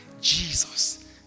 Jesus